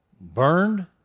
burned